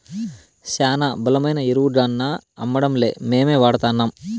శానా బలమైన ఎరువుగాన్నా అమ్మడంలే మేమే వాడతాన్నం